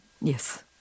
Yes